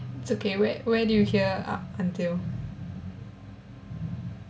it's okay where where do you hear up until